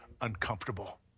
uncomfortable